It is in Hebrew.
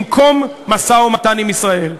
במקום משא-ומתן עם ישראל,